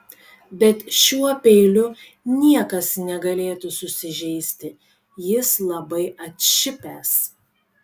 bet šiuo peiliu niekas negalėtų susižeisti jis labai atšipęs